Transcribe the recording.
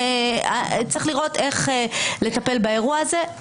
צריך לראות איך לטפל באירוע הזה.